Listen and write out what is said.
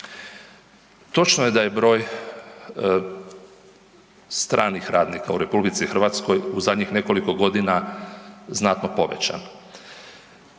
Točno je da je broj stranih radnika u RH u zadnjih nekoliko godina znatno povećan.